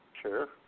Sure